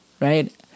right